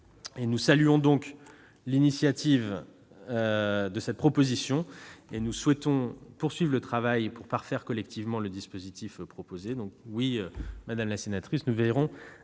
Nous saluons l'initiative de cette proposition, et nous souhaitons poursuivre le travail pour parfaire collectivement le dispositif proposé.